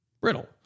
brittle